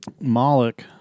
Moloch